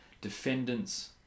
defendant's